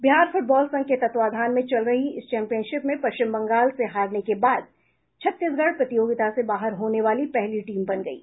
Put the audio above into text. Bihar football संघ के तत्वावधान में चल रही इस चैम्पियनशिप में पश्चिम बंगाल से हारने के बाद छत्तीसगढ़ प्रतियोगिता से बाहर होने वाली पहली टीम बन गयी